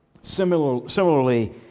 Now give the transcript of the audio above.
similarly